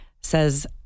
says